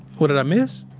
what did i miss?